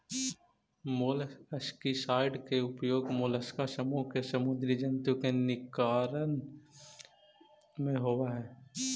molluscicide के उपयोग mollusc समूह के समुदी जन्तु के निराकरण में होवऽ हई